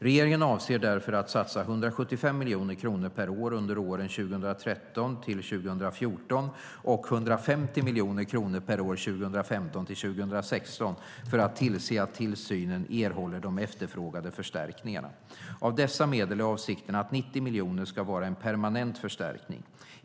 Regeringen avser därför att satsa 175 miljoner kronor per år under åren 2013-2014 och 150 miljoner kronor per år 2015-2016 för att tillse att tillsynen erhåller de efterfrågade förstärkningarna. Av dessa medel är avsikten att 90 miljoner ska vara en permanent förstärkning.